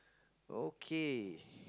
okay